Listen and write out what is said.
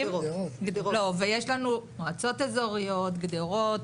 ויש לנו מועצות אזוריות, גדרות,